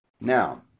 Now